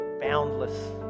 boundless